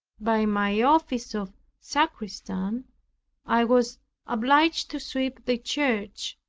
by my office of sacristan i was obliged to sweep the church,